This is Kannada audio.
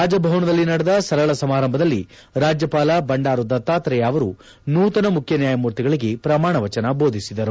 ರಾಜಭವನದಲ್ಲಿ ನಡೆದ ಸರಳ ಸಮಾರಂಭದಲ್ಲಿ ರಾಜ್ಯಪಾಲ ಬಂಡಾರು ದತ್ತಾತ್ರೇಯ ಅವರು ನೂತನ ಮುಖ್ಯ ನ್ಯಾಯಮೂರ್ತಿಗಳಿಗೆ ಪ್ರಮಾಣ ವಚನ ಬೋಧಿಸಿದರು